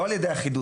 לא על ידי אחידות,